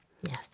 Yes